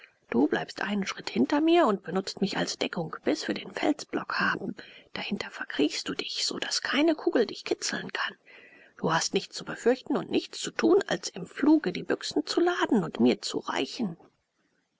du bleibst einen schritt hinter mir und benutzest mich als deckung bis wir den felsblock haben dahinter verkriechst du dich so daß keine kugel dich kitzeln kann du hast nichts zu befürchten und nichts zu tun als im fluge die büchsen zu laden und mir zu reichen